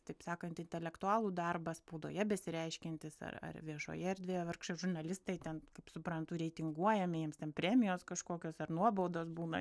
taip sakant intelektualų darbą spaudoje besireiškiantys ar ar viešoje erdvėje vargšai žurnalistai ten kaip suprantu reitinguojami jiems ten premijos kažkokios ar nuobaudos būna